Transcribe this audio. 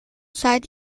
zeit